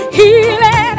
healing